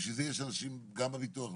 בשביל זה יש אנשים גם בביטוח הלאומי,